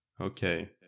Okay